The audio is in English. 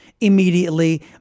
immediately